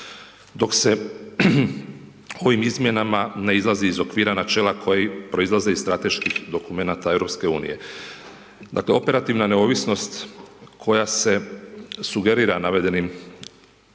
dok se ovim izmjenama ne izlazi iz okvira načela, koje proizlaze iz strateških dokumenata EU. Dakle, operativna neovisnost, koja se sugerira navedenim